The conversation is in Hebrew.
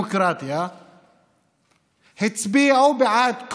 במהלך חיי ושירותי בצה"ל איבדתי חברים,